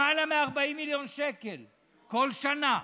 למעלה מ-40 מיליון שקל כל שנה.